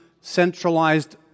centralized